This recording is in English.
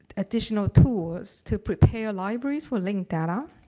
additional tools to prepare libraries for linked data.